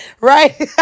right